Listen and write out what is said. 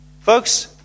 Folks